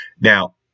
Now